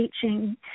teaching